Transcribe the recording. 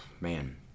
man